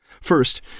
First